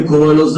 אני קורא לו.